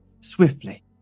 swiftly